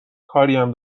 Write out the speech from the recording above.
کاریم